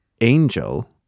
Angel